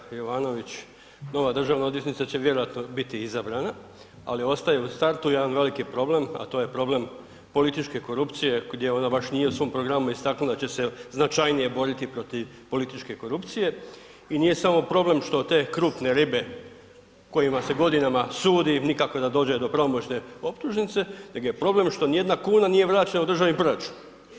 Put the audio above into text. Kolega Jovanovića, nova državna odvjetnica će vjerovatno biti izabrana ali ostaje u startu jedan veliki problem a to je problem političke korupcije gdje ona baš nije u svom programu istaknula da će se značajnije boriti protiv političke korupcije i nije samo problem što te krupne ribe kojima se godinama sudi nikako da dođe do pravomoćne optužnice nego je problem što nijedna kuna nije vraćena u državni proračun.